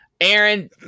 Aaron